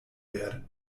werden